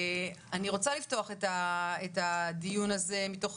אני רוצה לפתוח את הדיון הזה שהוא אחד מתוך